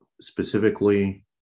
specifically